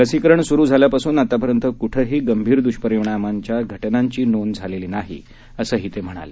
लसीकरण सुरु झाल्यापासून आत्तापर्यंत कुठंही गंभीर दुष्परिणामाच्या घटनांची नोंद झालेली नाही असंही त्यांनी सांगितलं